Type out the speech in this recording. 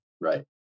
right